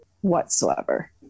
whatsoever